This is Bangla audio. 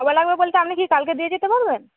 কবে লাগবে বলতে আপনি কি কালকে দিয়ে যেতে পারবেন